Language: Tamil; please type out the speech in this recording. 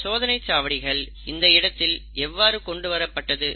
இந்த சோதனைச்சாவடிகள் இந்த இடத்தில் எவ்வாறு கொண்டுவரப்பட்டது